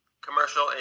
commercial